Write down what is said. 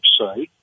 website